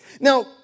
Now